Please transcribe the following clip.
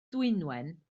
dwynwen